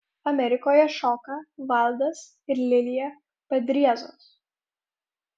amerikoje šoka valdas ir lilija padriezos